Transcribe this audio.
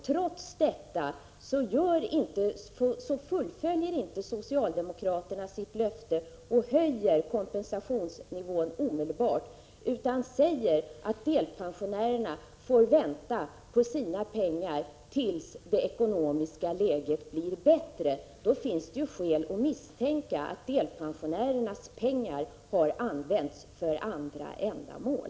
Trots detta fullföljer socialdemokraterna inte sitt löfte och höjer kompensationsnivån omedelbart utan säger att delpensionärerna får vänta på sina pengar tills det ekonomiska läget blir bättre. Då finns det skäl att misstänka att delpensionärernas pengar har använts för andra ändamål.